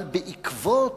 אבל בעקבות